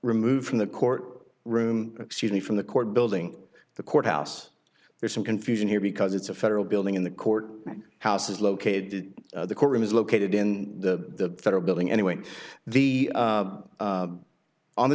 removed from the court room excuse me from the court building the courthouse there's some confusion here because it's a federal building in the court house is located the courtroom is located in the federal building anyway the